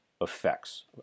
effects